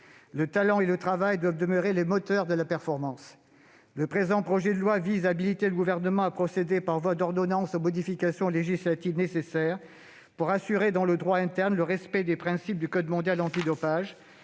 Le talent et le travail doivent demeurer les moteurs de la performance. Le présent projet de loi vise à habiliter le Gouvernement à procéder par voie d'ordonnance aux modifications législatives nécessaires pour assurer dans le droit interne le respect des principes du code mondial antidopage,